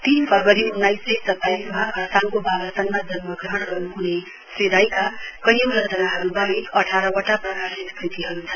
तीन फरवरी अन्नाइस सय सताइसमा खरसाङको वालासनमा जन्म ग्रहण गर्नु ह्ने श्री राईका कैयौं रचनाहरू बाहेक अठारवटा प्रकाशित कृतिहरू छन्